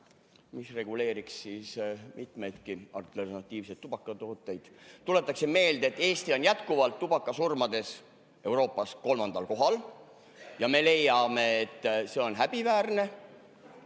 mis reguleeriks mitmeidki alternatiivseid tubakatooteid. Tuletan meelde, et Eesti on jätkuvalt tubakasurmade poolest Euroopas kolmandal kohal. Me leiame, et see on häbiväärne.